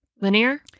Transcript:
linear